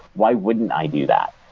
why wouldn't i do that?